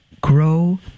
grow